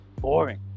Boring